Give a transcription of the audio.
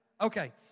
Okay